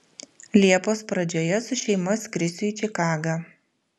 liepos pradžioje su šeima skrisiu į čikagą